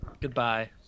Goodbye